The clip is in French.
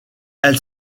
elle